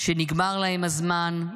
שנגמר להם הזמן,